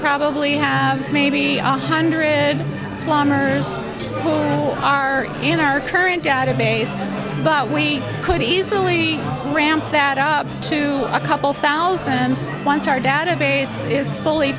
probably have maybe a hundred plumbers are in our current database but we could easily ramp that up to a couple thousand once our database is fully